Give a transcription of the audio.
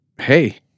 hey